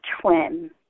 twin